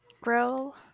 grow